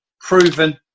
proven